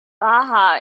baja